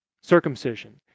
circumcision